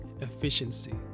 efficiency